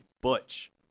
Butch